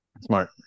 Smart